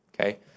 Okay